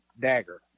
Dagger